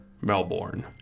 Melbourne